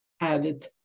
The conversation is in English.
added